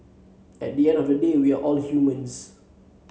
at the end of the day we are all humans